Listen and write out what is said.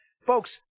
folks